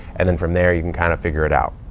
and then from there you can kind of figure it out.